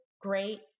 great